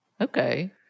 Okay